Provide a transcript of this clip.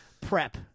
Prep